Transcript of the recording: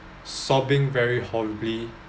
sobbing very horribly